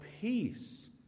peace